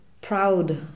proud